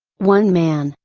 one man,